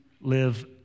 live